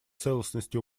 целостности